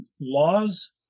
laws